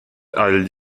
haiel